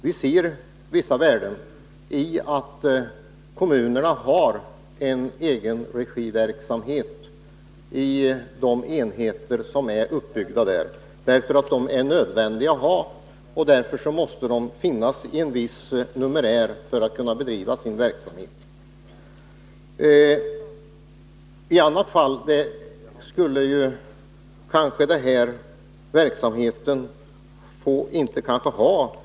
Vi ser vissa värden i att kommunerna har en egenregiverksamhet i de enheter som finns uppbyggda där. Dessa enheter är nödvändiga och måste finnas i en viss numerär för att verksamheten skall kunna bedrivas.